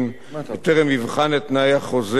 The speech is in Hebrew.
בטרם יבחן את תנאי החוזה לגופם.